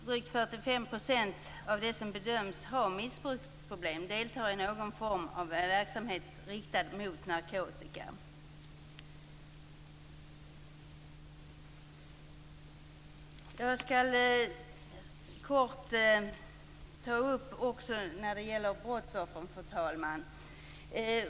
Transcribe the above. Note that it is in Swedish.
Drygt 45 % av dem som bedöms ha missbruksproblem deltar i någon form av verksamhet riktad mot narkotika. Jag skall kort också ta upp det som gäller brottsoffer, fru talman.